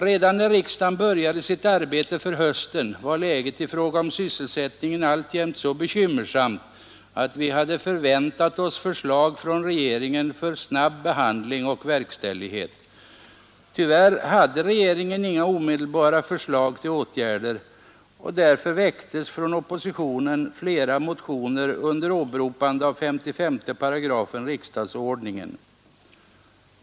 Redan när riksdagen började sitt arbete på hösten var läget i fråga om Sysselsättningen alltjämt så bekymmersamt att vi hade förväntat oss förslag från regeringen för snabb behandling och verkställighet. Tyvärr hade regeringen inga omedelbara fö lag till åtgärder. Därför väcktes från Oppositionen flera motioner under åberopande av 55 § riksdagsordningen.